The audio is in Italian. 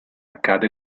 accade